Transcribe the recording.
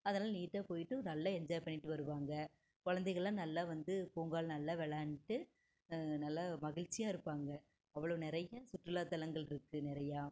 அதனால் நீட்டாக போயிவிட்டு நல்லா என்ஜாய் பண்ணிவிட்டு வருவாங்க குழந்தைங்கள்லாம் நல்லா வந்து பூங்காவில நல்லா விளாண்ட்டு நல்லா மகிழ்ச்சியாக இருப்பாங்க அவ்வளோ நிறையா சுற்றுலாத்தலங்கள் இருக்கு நிறையா